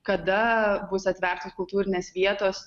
kada bus atvertos kultūrinės vietos